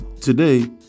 Today